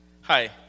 Hi